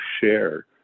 share